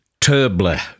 Turbler